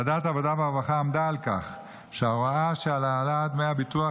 ועדת העבודה והרווחה עמדה על כך שההוראה של העלאת דמי הביטוח